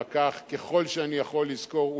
ואחר כך ככל שאני יכול לזכור,